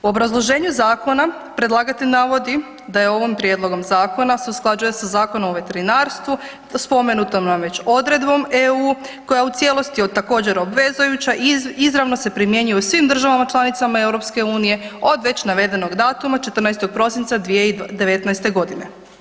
U obrazloženju zakona predlagatelj navodi da ovim prijedlogom zakona se usklađuje sa Zakonom o veterinarstvu, spomenutom nam već odredbom EU koja u cijelosti je također obvezujuća i izravno se primjenjuje u svim državama članicama EU-a od već navedenog datuma 14. prosinca 2019. godine.